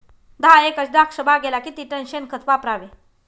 दहा एकर द्राक्षबागेला किती टन शेणखत वापरावे?